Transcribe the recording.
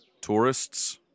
tourists